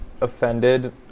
offended